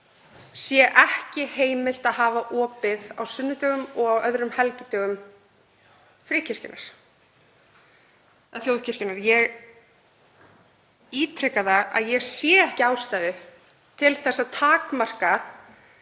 sé ekki heimilt að hafa opið á sunnudögum og öðrum helgidögum þjóðkirkjunnar. Ég ítreka að ég sé ekki ástæðu til að takmarka